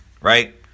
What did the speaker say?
right